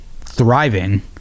thriving